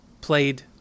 played